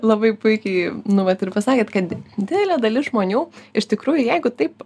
labai puikiai nu vat ir pasakėt kad didelė dalis žmonių iš tikrųjų jeigu taip